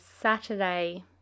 Saturday